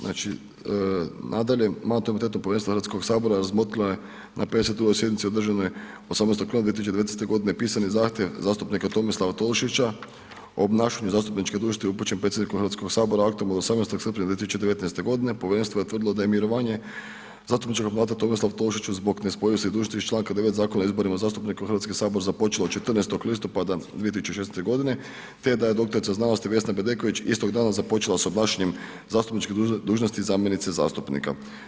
Znači nadalje, mandatno-imunitetno povjerenstvo Hrvatskog sabora razmotrilo je na 52. sjednici održanoj 18. rujna 2019. g. pisani zahtjev zastupnika Tomislava Tolušića o obnašanju zastupničke dužnosti upućen predsjedniku Hrvatskog sabora aktom od 18. srpnja 2019. g., povjerenstvo je utvrdilo da je mirovanje zastupničkog mandata Tomislava Tolušića zbog nespojivosti dužnosti iz čl. 9. Zakona o izboru zastupnika u Hrvatski sabor započelo 14. listopada 2016. g. te da je dr.sc. Vesna Bedeković istog dana započela s obnašanjem zastupničke dužnosti zamjenice zastupnika.